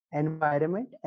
environment